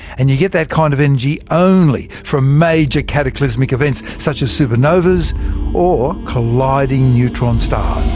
and you get that kind of energy only from major cataclysmic events, such as supernovas or colliding neutron stars.